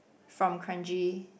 from Kranji